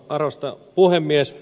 arvoisa puhemies